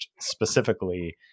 specifically